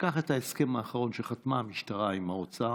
תיקח את ההסכם האחרון שחתמה המשטרה עם האוצר.